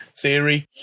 theory